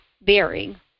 bearing